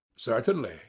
Certainly